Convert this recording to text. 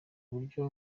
buryo